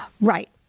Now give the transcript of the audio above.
Right